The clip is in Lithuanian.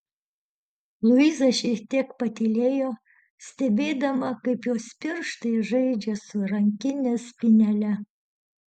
luiza šiek tiek patylėjo stebėdama kaip jos pirštai žaidžia su rankinės spynele